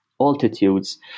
altitudes